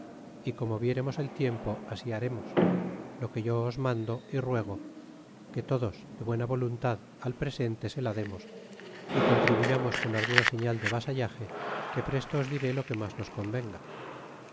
y como viéremos el tiempo así haremos lo que yo os mando y ruego que todos de buena voluntad al presente se la demos y contribuyamos con alguna señal de vasallage que presto os diré lo que mas nos convenga